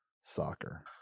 soccer